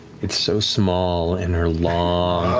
it's so small in her long,